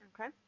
Okay